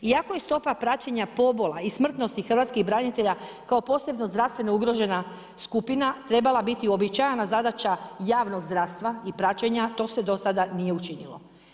Iako je stopa praćenja pobola i smrtnosti hrvatskih branitelja, kao posebno zdravstvena ugrožena skupina trebala biti običajna zadaća javnog zdravstva i praćenja, to se do sada nije učinilo.